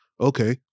okay